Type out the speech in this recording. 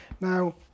Now